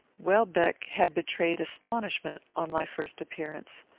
welbeck had betrayed astonishment on my first appearance.